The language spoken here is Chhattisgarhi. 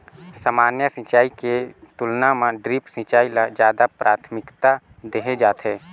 सामान्य सिंचाई के तुलना म ड्रिप सिंचाई ल ज्यादा प्राथमिकता देहे जाथे